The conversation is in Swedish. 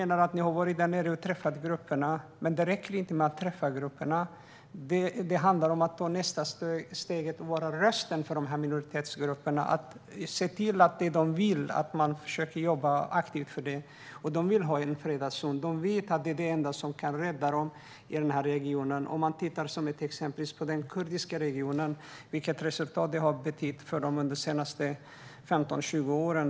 Ni har varit där nere och träffat grupperna, men det räcker inte med att träffa dem. Det handlar om att ta nästa steg och vara en röst för dessa minoritetsgrupper och se till att försöka jobba aktivt för det de vill. De vill ha en fredad zon - de vet att det är det enda som kan rädda dem i regionen. Om man tittar på exempelvis den kurdiska regionen ser man resultat och vad det har betytt för dem under de senaste 15-20 åren.